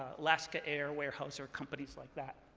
alaska air, weyerhaeuser, companies like that.